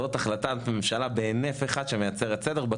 זו החלטת ממשלה שמייצרת סדר בהינף אחד,